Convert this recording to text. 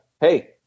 hey